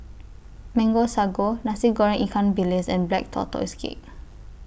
Mango Sago Nasi Goreng Ikan Bilis and Black Tortoise Cake